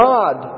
God